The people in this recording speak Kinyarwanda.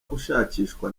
ushakishwa